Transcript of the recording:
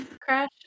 Crash